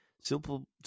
Simple